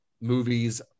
movies